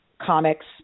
comics